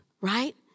right